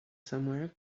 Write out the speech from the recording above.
somewhere